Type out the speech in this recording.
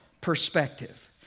perspective